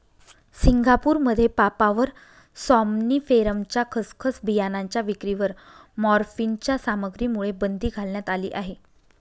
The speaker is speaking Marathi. सिंगापूरमध्ये पापाव्हर सॉम्निफेरमच्या खसखस बियाणांच्या विक्रीवर मॉर्फिनच्या सामग्रीमुळे बंदी घालण्यात आली आहे